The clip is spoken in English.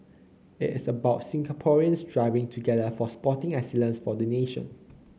it is about Singaporeans striving together for sporting excellence for the nation